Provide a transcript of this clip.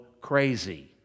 crazy